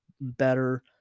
better